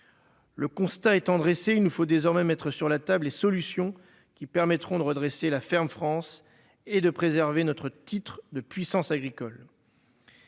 Le constat étant dressé, il nous faut désormais mettre sur la table et solutions qui permettront de redresser la ferme France et de préserver notre titre de puissance agricole.